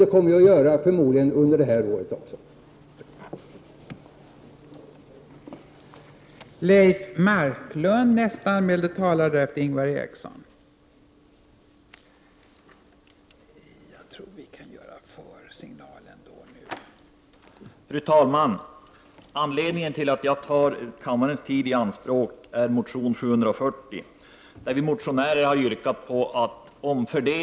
Det kommer vi förmodligen att göra också under detta år.